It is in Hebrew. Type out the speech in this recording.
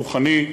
רוחני,